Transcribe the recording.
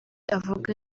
avuga